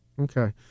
Okay